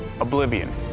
Oblivion